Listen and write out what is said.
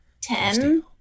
Ten